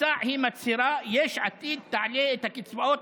במצע מצהירה יש עתיד כי תעלה את הקצבאות